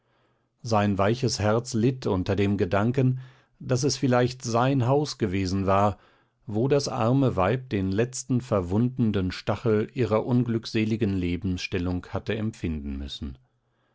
sein weiches herz litt unter dem gedanken daß es vielleicht sein haus gewesen war wo das arme weib den letzten verwundenden stachel ihrer unglückseligen lebensstellung hatte empfinden müssen